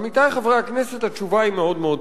עמיתי חברי הכנסת, התשובה היא מאוד מאוד פשוטה: